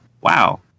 Wow